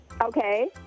Okay